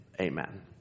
amen